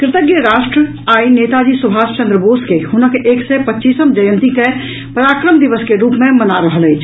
कृतज्ञ राष्ट्र आई नेताजी सुभाष चन्द्र बोस के हुनक एक सय पच्चीसम जयंती के पराक्रम दिवस के रूप मे मना रहल अछि